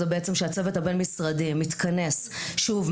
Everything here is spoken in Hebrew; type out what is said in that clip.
הן בעצם שהצוות הבין-משרדי מתכנס שוב,